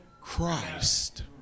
Christ